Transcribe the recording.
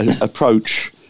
approach